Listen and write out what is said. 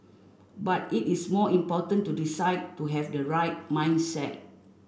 but it is more important to decide to have the right mindset